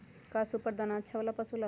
का सुपर दाना अच्छा हो ला पशु ला?